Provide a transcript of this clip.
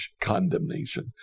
condemnation